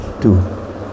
two